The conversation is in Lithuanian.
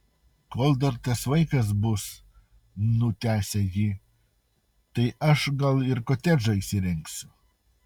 kol dar tas vaikas bus nutęsia ji tai aš gal ir kotedžą įsirengsiu